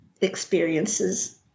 experiences